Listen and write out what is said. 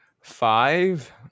Five